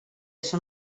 són